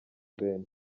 ben